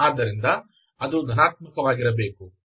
ಆದ್ದರಿಂದ ಅದು ಧನಾತ್ಮಕವಾಗಿರಬೇಕು